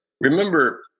remember